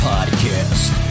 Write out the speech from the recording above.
Podcast